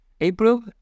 April